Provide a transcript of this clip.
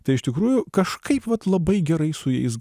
tai iš tikrųjų kažkaip vat labai gerai su jais